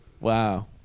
Wow